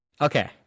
Okay